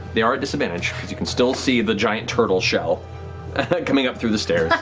they are at disadvantage, because you can still see the giant turtle shell coming up through the stairs.